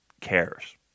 cares